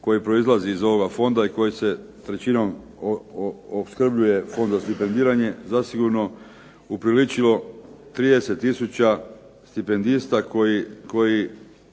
koji proizlazi iz ovoga fonda i koji se trećinom opskrbljuje Fonda za stipendiranje zasigurno upriličilo 30 stipendista koji